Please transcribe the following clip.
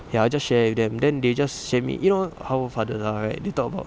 ya I just share with them then they just share me you know how father lah right they talk about